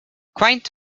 quaint